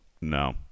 no